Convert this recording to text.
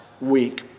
week